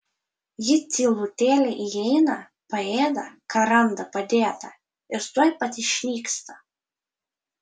ji tylutėliai įeina paėda ką randa padėta ir tuoj pat išnyksta